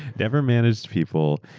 never managed people,